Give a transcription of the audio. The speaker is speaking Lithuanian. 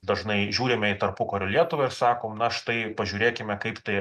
dažnai žiūrime į tarpukario lietuvą ir sakom na štai pažiūrėkime kaip tai